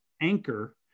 Anchor